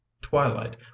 twilight